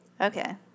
Okay